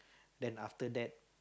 then after that